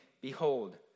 Behold